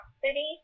City